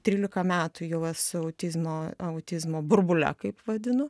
trylika metų jau esu autizmo autizmo burbule kaip vadinu